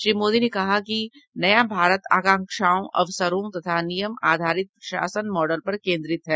श्री मोदी ने कहा कि नया भारत आकांक्षाओं अवसरों तथा नियम आधारित प्रशासन मॉडल पर केन्द्रित है